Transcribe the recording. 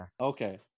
Okay